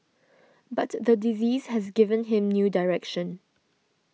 but the disease has given him new direction